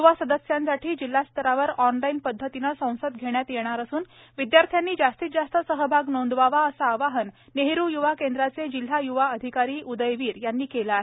य्वा सदस्यांसाठी जिल्हास्तरावर ऑनलाईन पध्दतीने संसद घेण्यात येणार असून विद्यार्थ्यांनी जास्तीत जास्त सहभाग नोंदवावा असे आवाहन नेहरु य्वा केंद्राचे जिल्हा य्वा अधिकारी उदयवीर यांनी केले आहे